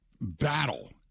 battle